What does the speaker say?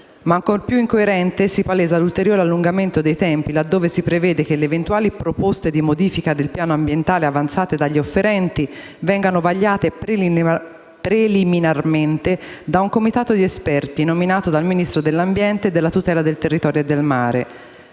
Ma, ancor più incoerente, si palesa l'ulteriore allungamento dei tempi laddove si prevede che le eventuali proposte di modifica del piano ambientale, avanzate dagli offerenti, vengano vagliate preliminarmente da un comitato di esperti nominato dal Ministro dell'ambiente e della tutela del territorio e del mare.